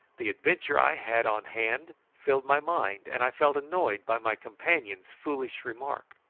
the adventure i had on hand filled my mind, and i felt annoyed by my companion's foolish remark.